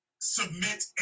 submit